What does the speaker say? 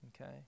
okay